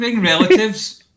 relatives